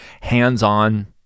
hands-on